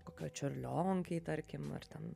kokioj čiurlionkei tarkim ar ten